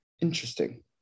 Interesting